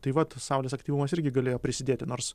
tai vat saulės aktyvumas irgi galėjo prisidėti nors